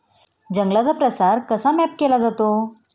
जंगलांचा प्रसार कसा मॅप केला जातो?